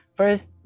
first